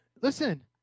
Listen